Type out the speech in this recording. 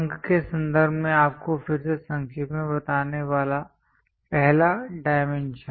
अंक के संदर्भ में आपको फिर से संक्षेप में बताने वाला पहला डायमेंशन